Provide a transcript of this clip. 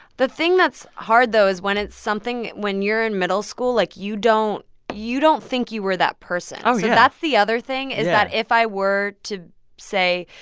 the thing that's hard, though, is when it's something when you're in middle school, like, you don't you don't think you were that person oh, yeah so that's the other thing is that if i were to say,